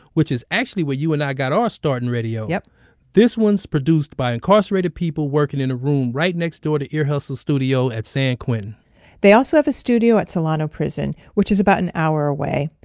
which is actually where you and i got our start in radio. yeah this one's produced by incarcerated people working in a room right next door to ear hustle studio at san quentin they also have a studio at solano prison, which is about an hour away.